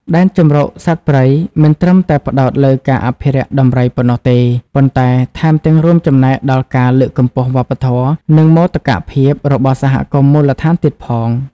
ដែនជម្រកសត្វព្រៃមិនត្រឹមតែផ្តោតលើការអភិរក្សដំរីប៉ុណ្ណោះទេ ប៉ុន្តែថែមទាំងរួមចំណែកដល់ការលើកកម្ពស់វប្បធម៌ និងមោទកភាពរបស់សហគមន៍មូលដ្ឋានទៀតផង។